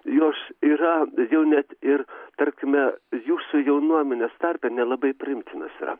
jos yra jau net ir tarkime jūsų jaunuomenės tarpe nelabai priimtinos yra